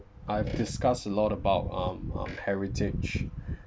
I've discussed a lot about um um heritage